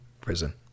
Prison